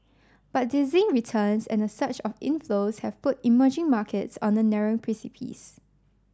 but dizzying returns and a surge of inflows have put emerging markets on a narrow precipice